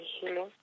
healing